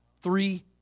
three